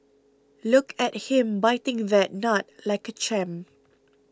look at him biting that nut like a champ